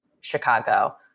Chicago